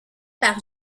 par